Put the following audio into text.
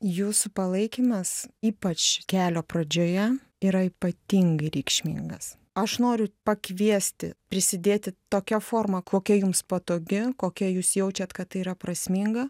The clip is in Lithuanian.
jūsų palaikymas ypač kelio pradžioje yra ypatingai reikšmingas aš noriu pakviesti prisidėti tokia forma kokia jums patogi kokia jūs jaučiat kad tai yra prasminga